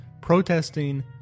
protesting